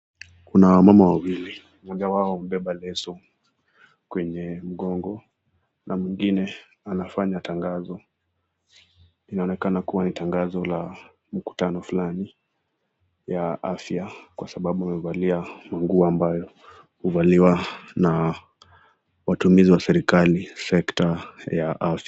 Kuna wamama wawili, moja wao amebeba leso kwenye mgongo na mwingine anafanya tangazo. Inaonekana kuwa, ni tangazo la mkutano fulani ya afya kwa sababu amevalia manguo ambayo huvaliwa na watumizi wa serikali sekta ya afya.